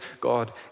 God